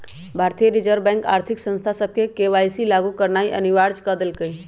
भारतीय reserve bank आर्थिक संस्था सभके के.वाई.सी लागु करनाइ अनिवार्ज क देलकइ